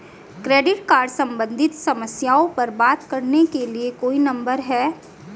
Credit card सम्बंधित समस्याओं पर बात करने के लिए कोई नंबर है?